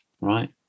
right